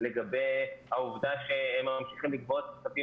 לגבי העובדה שהם ממשיכים לגבות כספים